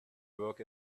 work